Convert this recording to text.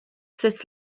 sut